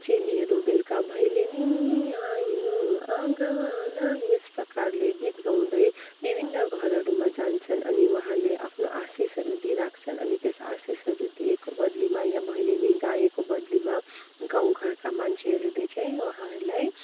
चेलीहरू बेलुका यस प्रकारले गीत गाउँदै विभिन्न घरहरूमा जान्छन् अनि उहाँले आफ्नो आशिषहरू दिइराख्छन् अनि त्यस आशिषहरू दिएको बदलीमा या भैलेनी गाएको बदलीमा गाउँ घरका मान्छेहरूले चाहिँ उहाँहरूलाई